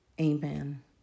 amen